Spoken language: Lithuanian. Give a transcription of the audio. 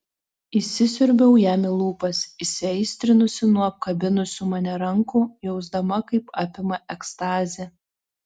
įsisiurbiau jam į lūpas įsiaistrinusi nuo apkabinusių mane rankų jausdama kaip apima ekstazė